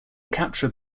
capture